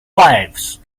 wives